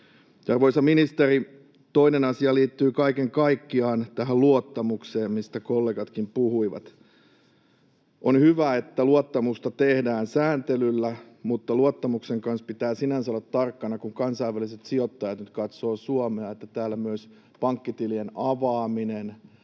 Arvoisa ministeri, toinen asia liittyy kaiken kaikkiaan tähän luottamukseen, mistä kollegatkin puhuivat. On hyvä, että luottamusta tehdään sääntelyllä, mutta luottamuksen kanssa pitää sinänsä olla tarkkana — kun kansainväliset sijoittajat nyt katsovat Suomea — että täällä myös pankkitilien avaaminen